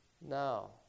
Now